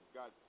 got